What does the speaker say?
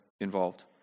involved